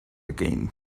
again